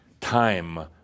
time